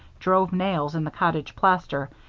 drove nails in the cottage plaster,